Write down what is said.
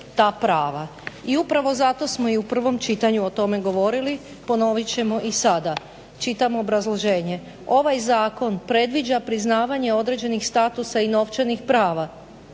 I upravo zato smo i u prvome čitanju to govorili. Ponovit ćemo i sada. Čitam obrazloženje: " Ovaj zakon predviđa priznavanje određenih statusa i novčanih prava